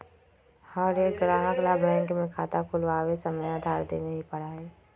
हर एक ग्राहक ला बैंक में खाता खुलवावे समय आधार देवे ही पड़ा हई